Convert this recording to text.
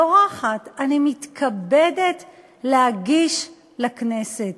זורחת: "אני מתכבדת להגיש לכנסת".